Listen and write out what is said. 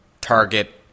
target